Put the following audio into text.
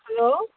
hello